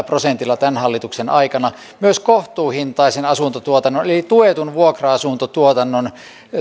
prosentilla tämän hallituksen aikana myös kohtuuhintaisen asuntotuotannon eli eli tuetun vuokra asuntotuotannon